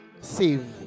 Save